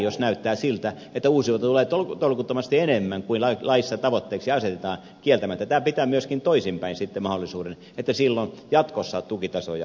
jos näyttää siltä että uusiutuvaa tulee tolkuttomasti enemmän kuin laissa tavoitteeksi asetetaan kieltämättä tämä pitää myöskin toisinpäin sitten mahdollisuuden että silloin jatkossa tukitasoja laskettaisiin